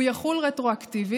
הוא יחול רטרואקטיבית,